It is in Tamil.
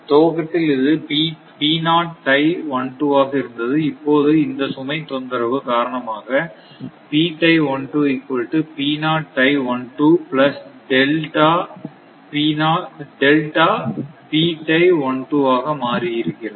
துவக்கத்தில் இது ஆக இருந்தது இப்போது இந்த சுமை தொந்திரவு காரணமாக ஆக மாறி இருக்கிறது